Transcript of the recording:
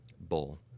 bull